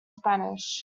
spanish